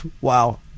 Wow